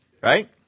Right